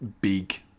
big